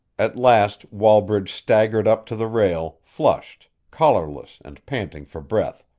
at last wallbridge staggered up to the rail, flushed, collarless and panting for breath,